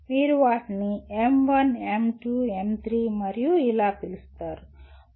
మీరు వాటిని M1 M2 M3 మరియు ఇలా పిలుస్తారు